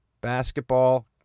Basketball